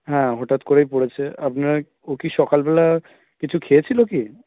হ্যাঁ হঠাৎ করেই পড়েছে আপনার ও কি সকালবেলা কিছু খেয়েছিল কি